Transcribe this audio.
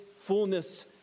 fullness